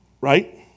Right